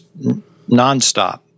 nonstop